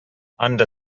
under